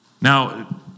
Now